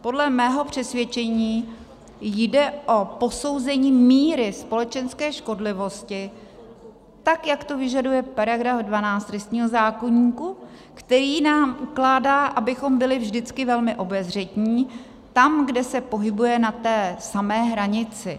Podle mého přesvědčení jde o posouzení míry společenské škodlivosti tak, jak to vyžaduje § 12 trestního zákoníku, který nám ukládá, abychom byli vždycky velmi obezřetní tam, kde se pohybuje na té samé hranici.